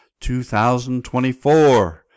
2024